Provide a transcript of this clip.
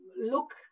look